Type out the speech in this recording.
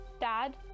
dad